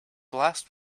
last